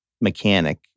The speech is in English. mechanic